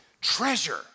treasure